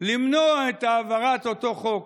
למנוע את העברת אותו חוק.